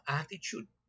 attitude